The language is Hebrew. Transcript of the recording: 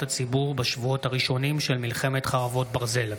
הציבור בשבועות הראשונים של מלחמת חרבות ברזל.